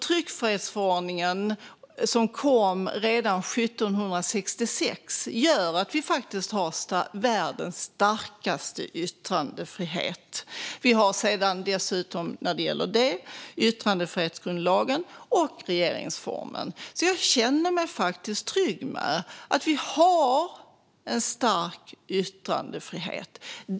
Tryckfrihetsförordningen, som kom redan 1766, gör att vi har världens starkaste yttrandefrihet. Vi har dessutom yttrandefrihetsgrundlagen och regeringsformen. Jag känner mig därför trygg med att vi har en stark yttrandefrihet.